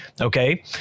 Okay